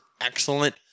excellent